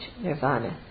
nirvana